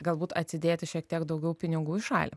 galbūt atsidėti šiek tiek daugiau pinigų į šalį